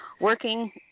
working